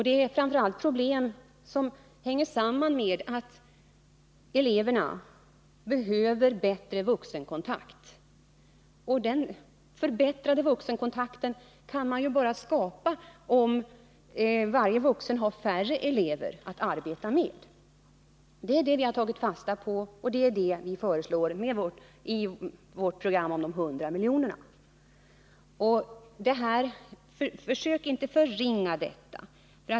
Det är framför allt problem som hänger samman med att eleverna behöver bättre vuxenkontakter. Den förbättrade vuxenkontakten kan man bara skapa om de vuxna i skolan har färre elever att arbeta med. Det är det vi har tagit fasta på, och det är det vi föreslår i vårt program om de 100 miljonerna. Försök inte förringa detta!